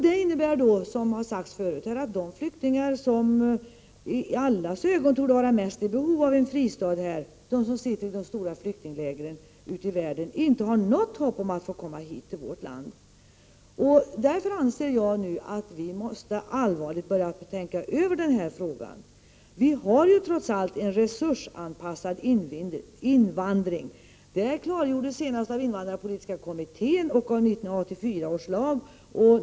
Det innebär, som sagt, att de flyktingar som i allas ögon torde vara i störst behov av en fristad här, de som sitter i de stora flyktinglägren runt om i världen, inte har något hopp om att få komma till vårt land. Därför anser jag att vi måste allvarligt börja tänka över frågan. Vi har en resursanpassad invandring. Det är klargjort senast i invandrarpolitiska kommittén och i 1984 års lag.